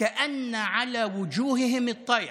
כאילו לא יודעים מה להגיד מרוב הפתעה.)